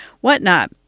whatnot